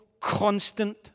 constant